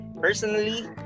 Personally